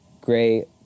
great